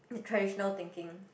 the traditional thinking